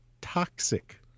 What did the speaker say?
toxic